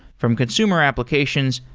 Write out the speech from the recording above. from consumer applications,